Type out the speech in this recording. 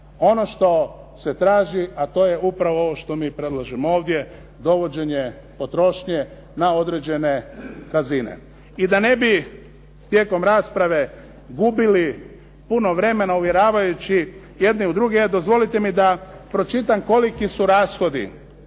ono što se traži a to je upravo ovo što mi predlažemo ovdje, dovođenje potrošnje na određene razine. I da ne bi tijekom rasprave gubili puno vremena uvjeravajući jedni u druge, dozvolite mi da pročitam koliki su rashodi